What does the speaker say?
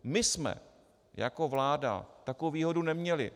My jsme jako vláda takovou výhodu neměli.